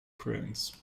prince